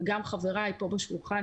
וגם חבריי שנמצאים פה סביב השולחן,